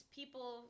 people